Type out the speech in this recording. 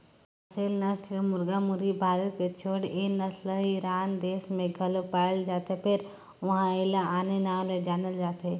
असेल नसल के मुरगा मुरगी भारत के छोड़े ए नसल हर ईरान देस में घलो पाये जाथे फेर उन्हा एला आने नांव ले जानल जाथे